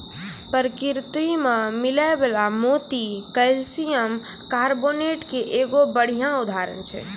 परकिरति में मिलै वला मोती कैलसियम कारबोनेट के एगो बढ़िया उदाहरण छै